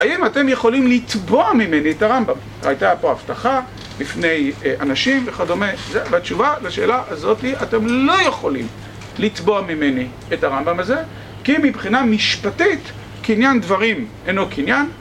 האם אתם יכולים לתבוע ממני את הרמב״ם? הייתה פה הבטחה לפני אנשים וכדומה, והתשובה לשאלה הזאת היא אתם לא יכולים לתבוע ממני את הרמב״ם הזה, כי מבחינה משפטית קניין דברים אינו קניין